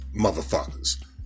motherfuckers